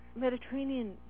Mediterranean